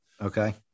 Okay